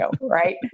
Right